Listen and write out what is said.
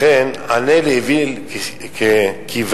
לכן: ענה לאוויל כאיוולתו.